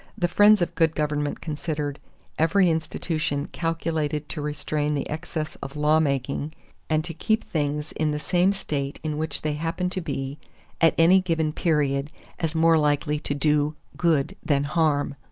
the friends of good government considered every institution calculated to restrain the excess of law making and to keep things in the same state in which they happen to be at any given period as more likely to do good than harm.